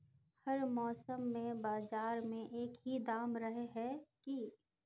हर मौसम में बाजार में एक ही दाम रहे है की?